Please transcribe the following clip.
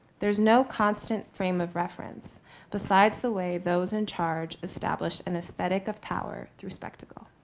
there is no constant frame of reference besides the way those in charge establish an aesthetic of power through spectacle.